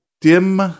dim